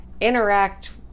interact